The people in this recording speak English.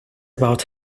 about